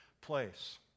place